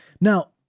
Now